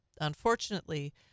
unfortunately